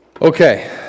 Okay